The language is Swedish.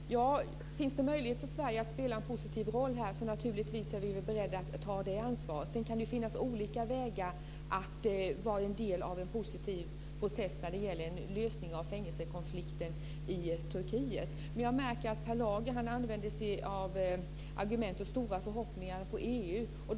Fru talman! Finns det en möjlighet för Sverige att spela en positiv roll är vi naturligtvis beredda att ta det ansvaret. Sedan kan det finnas olika vägar att vara en del i en positiv process när det gäller en lösning av fängelsekonflikten i Turkiet. Per Lager använder sig av argument och stora förhoppningar om EU.